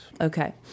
Okay